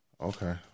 Okay